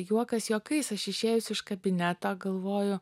juokas juokais aš išėjus iš kabineto galvoju